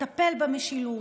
לטפל במשילות,